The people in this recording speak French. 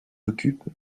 occupe